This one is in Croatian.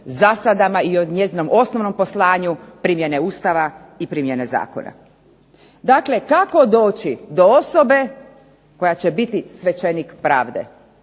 i o njezinom osnovnom poslanju primjene Ustava i primjene zakona. Dakle, kako doći do osobe koja će biti svećenik pravde.